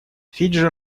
фиджи